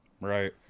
Right